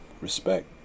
respect